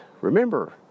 remember